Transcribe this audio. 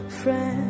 friend